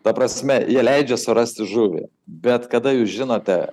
ta prasme jie leidžia surasti žuvį bet kada jūs žinote